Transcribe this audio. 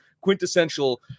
quintessential